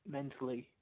Mentally